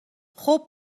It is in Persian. خوب